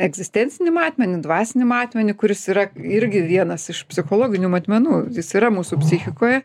egzistencinį matmenį dvasinį matmenį kuris yra irgi vienas iš psichologinių matmenų jis yra mūsų psichikoje